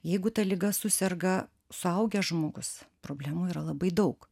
jeigu ta liga suserga suaugęs žmogus problemų yra labai daug